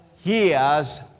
hears